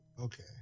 Okay